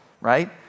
right